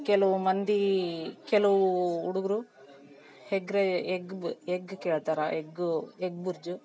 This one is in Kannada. ಕೆಲವು ಮಂದೀ ಕೆಲವೂ ಹುಡುಗ್ರು ಹೆಗ್ ರೈ ಎಗ್ ಬು ಎಗ್ ಕೇಳ್ತಾರೆ ಎಗ್ ಎಗ್ ಬುರ್ಜು